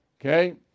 okay